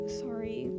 sorry